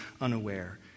unaware